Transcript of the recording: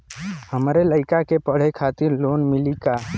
हमरे लयिका के पढ़े खातिर लोन मिलि का?